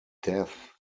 death